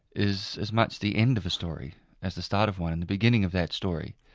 is as much the end of the story as the start of one and the beginning of that story,